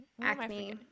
Acne